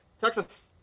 Texas